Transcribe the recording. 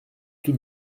tout